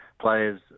players